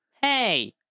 Hey